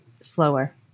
slower